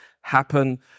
happen